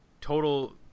Total